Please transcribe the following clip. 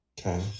Okay